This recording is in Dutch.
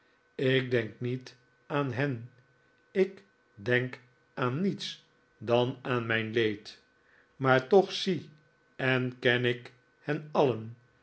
ik denk niet aan hen ik denk aan niets dan aan mijn leed maar toch zie en ken ik hen alien